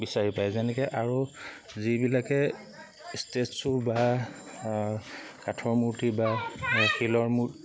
বিচাৰি পায় যেনেকে আৰু যিবিলাকে বা কাঠৰ মূৰ্তি বা শিলৰ মূৰ্তি